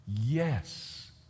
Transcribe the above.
Yes